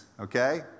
okay